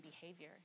behavior